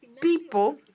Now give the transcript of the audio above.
people